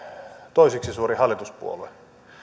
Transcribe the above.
toiseksi suurin hallituspuolue